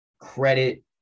credit